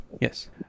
Yes